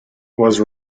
was